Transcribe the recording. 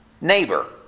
neighbor